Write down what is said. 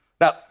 Now